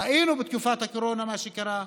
ראינו בתקופת הקורונה מה קרה: